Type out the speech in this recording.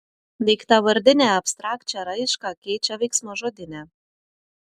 daiktavardinę abstrakčią raišką keičia veiksmažodinė